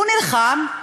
הוא נלחם,